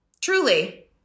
Truly